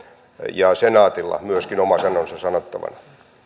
ja senaatilla myöskin oma sanansa sanottavana